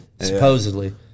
Supposedly